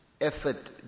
effort